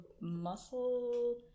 muscle